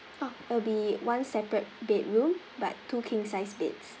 oh it'll be one separate bedroom but two king size beds